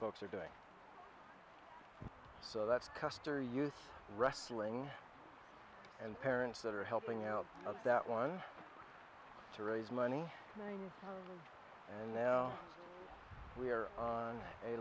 folks are doing so that's custer use wrestling and parents that are helping out that one to raise money and now we are on a